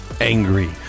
angry